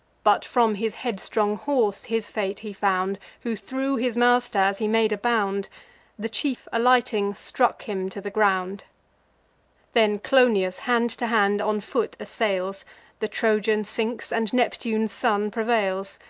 but from his headstrong horse his fate he found, who threw his master, as he made a bound the chief, alighting, stuck him to the ground then clonius, hand to hand, on foot assails the trojan sinks, and neptune's son prevails.